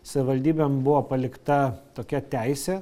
savivaldybėm buvo palikta tokia teisė